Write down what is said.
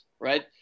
right